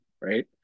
right